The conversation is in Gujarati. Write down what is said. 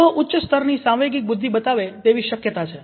તેઓ ઉચ્ચ સ્તરની સાંવેગિક બુદ્ધિ બતાવે તેવી શક્યતા છે